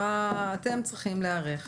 אתם צריכים להיערך